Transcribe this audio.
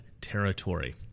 territory